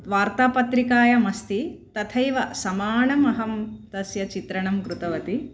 वार्तापत्रिकायाम् अस्ति तथैव समानम् अहं तस्य चित्रणं कृतवती